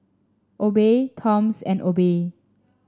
Obey Toms and Obey